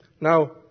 Now